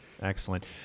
Excellent